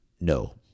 no